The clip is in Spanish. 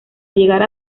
llegar